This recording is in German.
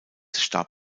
starb